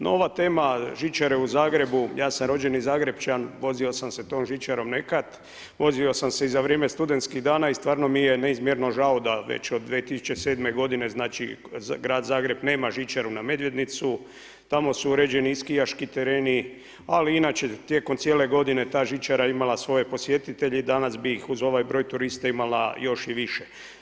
No ova tema žičare u Zagrebu, ja sam rođeni Zagrepčanin, vozio sam se tom žičarom nekad, vozio sam se za vrijeme studentskih dana i stvarno mi je neizmjerno žao da već od 2007. g. znači grad Zagreb nema žičaru na Medvednicu, tamo su uređeni i skijaški tereni ali i inače tijekom cijele godine ta žičara je imala svoje posjetitelje, danas bih iz uz ovaj broj turista imala još i više.